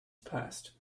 passed